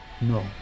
No